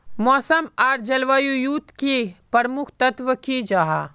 मौसम आर जलवायु युत की प्रमुख तत्व की जाहा?